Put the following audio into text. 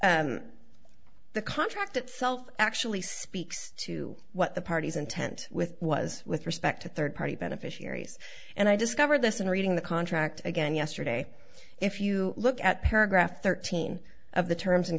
importantly the contract itself actually speaks to what the party's intent with was with respect to third party beneficiaries and i discovered this in reading the contract again yesterday if you look at paragraph thirteen of the terms and